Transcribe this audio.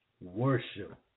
Worship